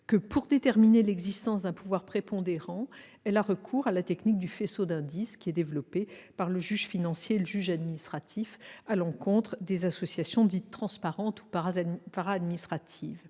que, pour déterminer l'existence d'un pouvoir prépondérant, elle a recours à la technique du faisceau d'indices développée par le juge financier et le juge administratif à l'encontre des associations dites « transparentes » ou para-administratives.